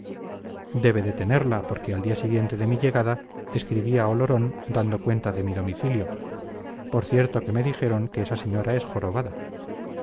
debe de tenerla porque al día siguiente de mi llegada escribí a olorón dando cuenta de mi domicilio por cierto que me dijeron que esa señora es jorobada